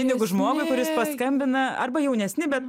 pinigus žmogui kuris paskambina arba jaunesni bet